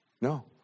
No